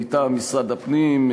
מטעם משרד הפנים,